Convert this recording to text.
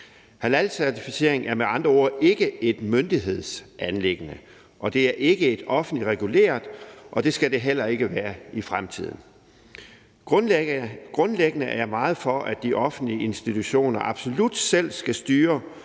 Halalcertificering er med andre ord ikke et myndighedsanliggende. Det er ikke offentligt reguleret, og det skal det heller ikke være i fremtiden. Grundlæggende er jeg meget for, at de offentlige institutioner absolut selv skal styre